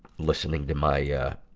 listening to my, yeah